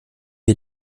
wir